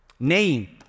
Name